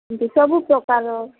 ସବୁ ପ୍ରକାରର